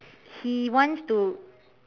he wants to